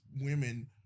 women